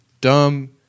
dumb